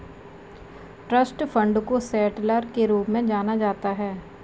trust fund को settler के रूप में जाना जाता है